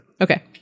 Okay